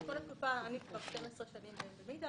בכל התקופה אני כבר 12 שנים במגדל,